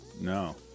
No